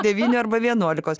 devynių arba vienuolikos